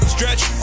Stretch